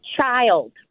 child